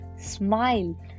smile